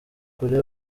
kure